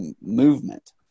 movement